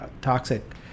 toxic